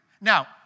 Now